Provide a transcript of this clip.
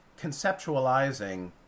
conceptualizing